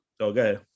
okay